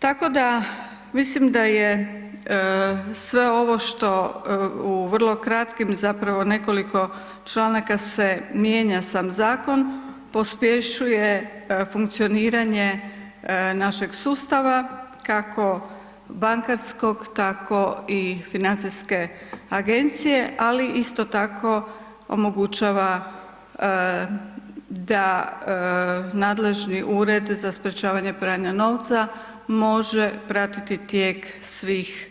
Tako da mislim da je sve ovo što u vrlo kratkim zapravo nekoliko članaka se mijenja sam zakon pospješuje funkcioniranje našeg sustava kako bankarskog tako i financijske agencije, ali isto tako omogućava da nadležni Ured za sprječavanje pranja novca može pratiti tijek svih